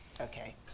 Okay